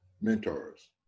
mentors